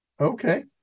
okay